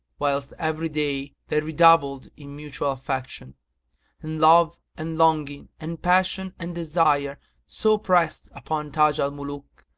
whilst every day they redoubled in mutual affection and love and longing and passion and desire so pressed upon taj al muluk,